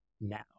now